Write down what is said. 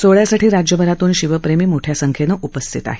सोहळयासाठी राज्यभरातून शिवप्रेमी मोठया संख्येनं उपस्थित आहेत